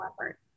effort